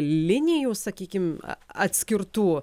linijų sakykim atskirtų